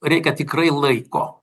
reikia tikrai laiko